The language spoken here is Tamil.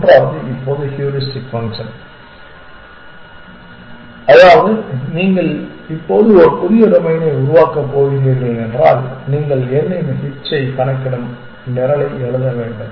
மூன்றாவது இப்போது ஹூரிஸ்டிக் ஃபங்க்ஷன் அதாவது நீங்கள் இப்போது ஒரு புதிய டொமைனை உருவாக்கப் போகிறீர்கள் என்றால் நீங்கள் n இன் h ஐ கணக்கிடும் நிரலை எழுத வேண்டும்